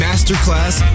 Masterclass